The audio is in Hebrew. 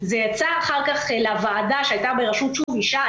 זה יצא אחר כך לוועדה שהייתה בראשות אישה,